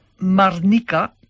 marnica